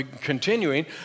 continuing